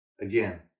again